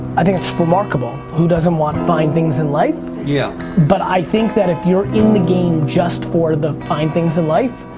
i think it's remarkable. who doesn't want fine things in life? yeah but i think that if you're in the game just for the fine things in life,